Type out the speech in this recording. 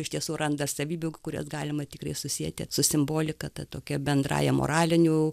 iš tiesų randa savybių kurias galima tikrai susieti su simbolika ta tokia bendrąja moralinių